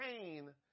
pain